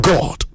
God